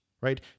right